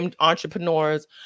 entrepreneurs